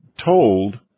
told